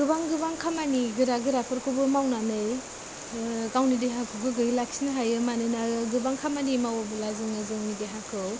गोबां गोबां खामानि गोरा गोराफोरखौबो मावनानै गावनि देहाखौ गोग्गोयै लाखिनो हायो मानोना गोबां खामानि मावोब्ला जोङो जोंनि देहाखौ